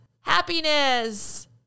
happiness